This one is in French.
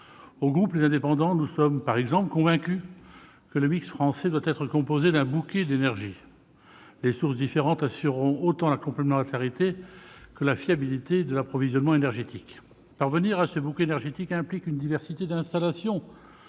du groupe Les Indépendants sont, par exemple, convaincus que le mix français doit être composé d'un bouquet d'énergies dont les sources différentes assureront autant la complémentarité que la fiabilité de l'approvisionnement énergétique. Parvenir à ce bouquet implique une diversité d'installations